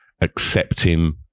accepting